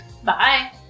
Bye